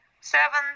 seven